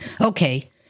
Okay